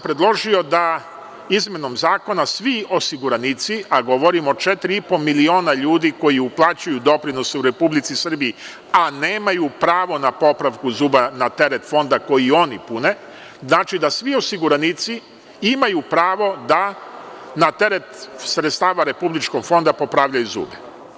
Predložio sam da, izmenom zakona, svi osiguranici, a govorim o 4,5 miliona ljudi koji uplaćuju doprinose u Republici Srbiji a nemaju pravo na popravku zuba na teret Fonda koji oni pune, da svi osiguranici imaju pravo da na teret sredstava Republičkog fonda popravljaju zube.